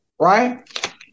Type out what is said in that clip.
right